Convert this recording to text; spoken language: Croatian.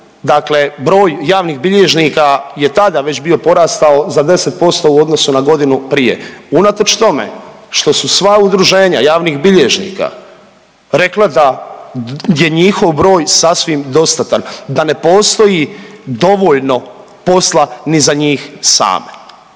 dakle broj javnih bilježnika je tada već bio porastao za 10% u odnosu na godinu prije. Unatoč tome što su sva udruženja javnih bilježnika rekla da je njihov broj sasvim dostatan, da ne postoji dovoljno posla ni za njih same.